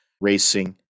racing